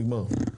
נגמר.